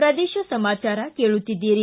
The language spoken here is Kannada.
ಪ್ರದೇಶ ಸಮಾಚಾರ ಕೇಳುತ್ತೀದ್ದಿರಿ